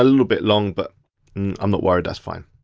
ah little bit long, but i'm not worried, that's fine.